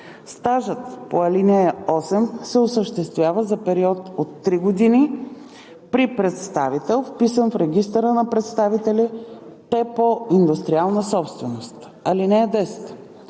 Стажът по ал. 8 се осъществява за период от 3 години при представител, вписан в Регистъра на представителите по индустриална собственост. (10)